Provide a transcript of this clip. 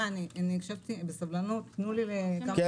זה